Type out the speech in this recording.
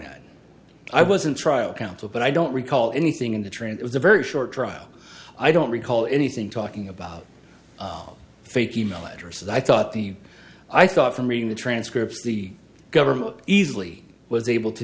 that i wasn't trial counsel but i don't recall anything in the train it was a very short trial i don't recall anything talking about fake e mail addresses i thought the i thought from reading the transcripts the government easily was able to